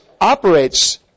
operates